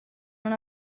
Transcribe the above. non